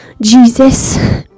Jesus